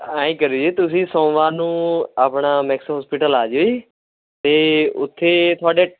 ਐਂ ਕਰਿਓ ਜੀ ਤੁਸੀਂ ਸੋਮਵਾਰ ਨੂੰ ਆਪਣਾ ਮੈਕਸ ਹੋਸਪਿਟਲ ਆ ਜਿਓ ਜੀ ਅਤੇ ਉੱਥੇ ਤੁਹਾਡੇ